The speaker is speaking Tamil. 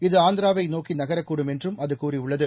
இது ஆந்திராவை நோக்கி நகரக்கூடும் என்றும் அது கூறியுள்ளது